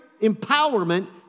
empowerment